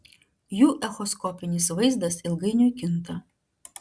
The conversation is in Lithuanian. jų echoskopinis vaizdas ilgainiui kinta